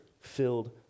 filled